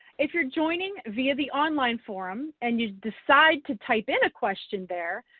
if you're joining via the online forum and you decide to type in a question there,